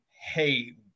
hey